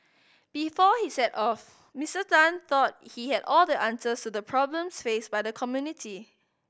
before he set off Mister Tan thought he had all the answers to the problems faced by the community